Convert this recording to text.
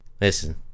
listen